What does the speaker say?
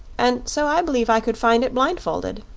and so i b'lieve i could find it blindfolded.